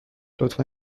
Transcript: لطفا